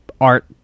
art